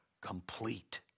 complete